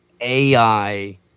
AI